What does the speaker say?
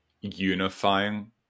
unifying